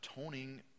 atoning